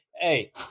hey